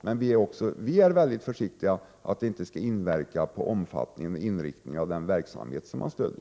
Men vi är mycket försiktiga med att stödet inte skall inverka på omfattningen och inriktningen av den verksamhet man stöder.